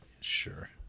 sure